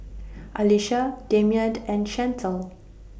Alisha Damien and Chantel